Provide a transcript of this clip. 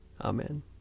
Amen